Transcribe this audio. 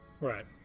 right